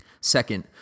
Second